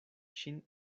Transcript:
ŝin